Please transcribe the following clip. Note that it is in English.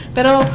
Pero